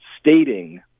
stating